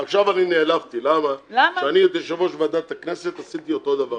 עכשיו אני נעלבתי כי כשאני הייתי יושב-ראש ועדת הכנסת עשיתי אותו דבר.